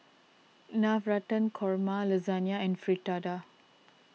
Navratan Korma Lasagna and Fritada